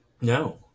No